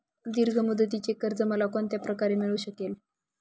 दीर्घ मुदतीचे कर्ज मला कोणत्या प्रकारे मिळू शकेल?